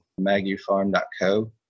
MaguFarm.co